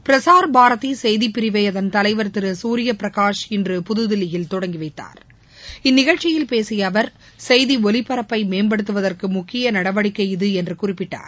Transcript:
பிரசார் பாரதி செய்திப்பிரிவை அதன் தலைவர் திரு சூரிய பிரகாஷ் இன்று புதுதில்லியில் தொடங்கிவைத்தார் இந்நிகழ்ச்சியில் பேசிய அவர் செய்தி ஒலிபரப்பை மேம்படுத்துவதற்கு முக்கிய நடவடிக்கை இது என்று குறிப்பிட்டார்